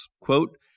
Quote